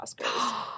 Oscars